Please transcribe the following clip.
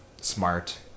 smart